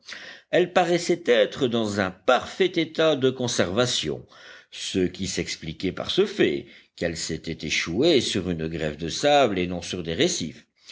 elle paraissait être dans un parfait état de conservation ce qui s'expliquait par ce fait qu'elle s'était échouée sur une grève de sable et non sur des récifs